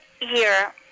year